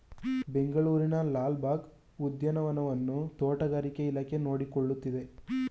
ಬೆಂಗಳೂರಿನ ಲಾಲ್ ಬಾಗ್ ಉದ್ಯಾನವನವನ್ನು ತೋಟಗಾರಿಕೆ ಇಲಾಖೆ ನೋಡಿಕೊಳ್ಳುತ್ತದೆ